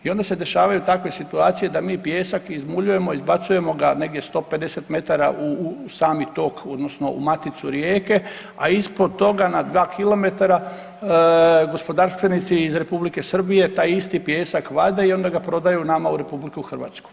I onda se dešavaju takve situacije da mi pijesak izmuljemo, izbacujemo ga negdje 150 metara u sami tok odnosno u maticu rijeke, a ispod toga na 2 km gospodarstvenici iz Republike Srbije taj isti pijesak vade i onda ga prodaju nama u RH.